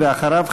ואחריו,